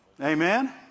Amen